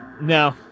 no